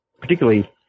particularly